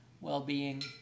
well-being